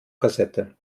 kassette